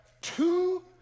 two